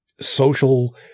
social –